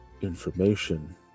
information